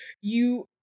you-